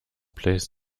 plays